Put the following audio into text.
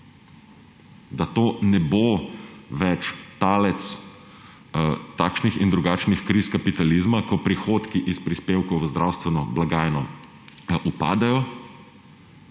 da to ne bo več talec takšnih in drugačnih kriz kapitalizma, ko prihodki iz prispevkov v zdravstveno blagajno upadejo,